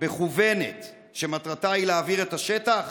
מכוונת שמטרתה להבעיר את השטח?